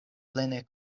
plene